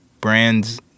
brands